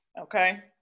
Okay